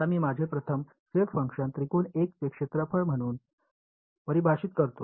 आता मी माझे प्रथम शेप फंक्शन त्रिकोण 1 चे क्षेत्रफळ म्हणून परिभाषित करतो